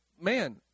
man